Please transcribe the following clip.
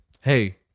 Hey